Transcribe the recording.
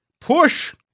push